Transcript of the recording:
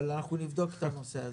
אבל אנחנו נבדוק את הנושא הזה.